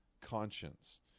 conscience